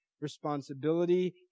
responsibility